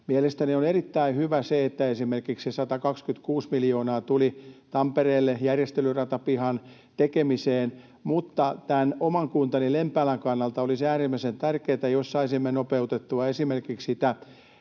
Mielestäni on erittäin hyvä se, että esimerkiksi se 126 miljoonaa tuli Tampereelle järjestelyratapihan tekemiseen, mutta oman kuntani, Lempäälän, kannalta olisi äärimmäisen tärkeätä, jos saisimme nopeutettua esimerkiksi